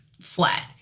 flat